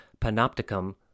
Panopticum